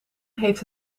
heeft